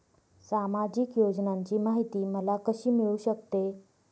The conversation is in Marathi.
सामाजिक योजनांची माहिती मला कशी मिळू शकते?